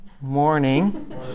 morning